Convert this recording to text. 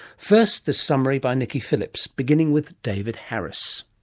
first, this summary by nicky phillips, beginning with david harris.